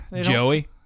joey